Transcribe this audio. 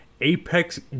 Apex